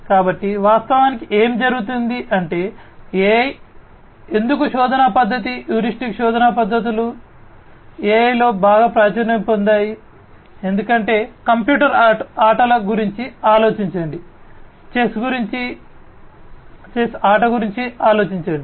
కాబట్టి వాస్తవానికి ఏమి జరుగుతుంది అంటే AI ఎందుకు శోధన పద్ధతి హ్యూరిస్టిక్ శోధన పద్ధతులు AI లో బాగా ప్రాచుర్యం పొందాయి ఎందుకంటే కంప్యూటర్ ఆటల గురించి ఆలోచించండి చెస్ గురించి చెస్ ఆట గురించి ఆలోచించండి